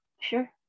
sure